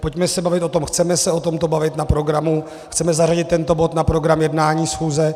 Pojďme se bavit o tom chceme se o tom bavit na programu, chceme zařadit tento bod na program jednání schůze?